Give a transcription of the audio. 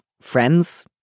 friends